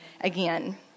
Again